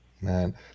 Man